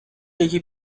یکی